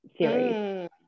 series